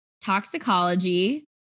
toxicology